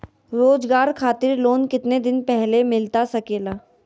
रोजगार खातिर लोन कितने दिन पहले मिलता सके ला?